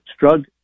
Strug